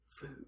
Food